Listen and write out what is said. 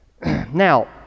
Now